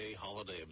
holiday